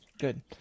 Good